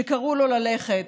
שקראו לו ללכת,